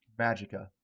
Magica